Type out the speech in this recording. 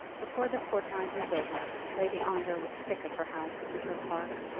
before the fortnight was over, lady ongar was sick of her house and her park,